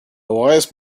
wise